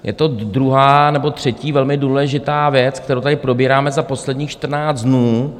Je to druhá nebo třetí velmi důležitá věc, kterou tady probíráme za posledních čtrnáct dnů.